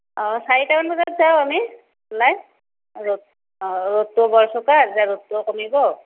অঁ চাৰিটামান বজাত যাওঁ আমি ওলাই ৰ'দ অঁ ৰ'দটোও বৰ চোকা তেতিয়া ৰ'দটোও কমিব